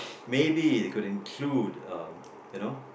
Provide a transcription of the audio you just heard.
maybe they could include uh you know